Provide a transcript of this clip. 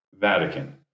Vatican